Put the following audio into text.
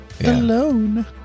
alone